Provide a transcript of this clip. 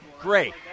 Great